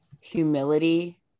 humility